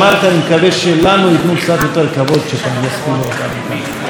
אני מקווה שלנו ייתנו קצת יותר כבוד כשפעם יספידו אותנו כאן.